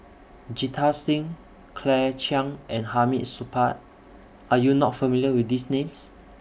Jita Singh Claire Chiang and Hamid Supaat Are YOU not familiar with These Names